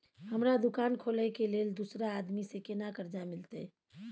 हमरा दुकान खोले के लेल दूसरा आदमी से केना कर्जा मिलते?